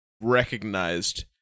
recognized